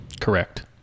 correct